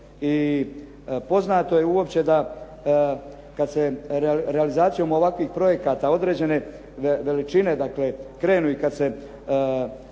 i poznato je uopće da kada se realizacijom ovakvih projekata određene veličine krenu i kada se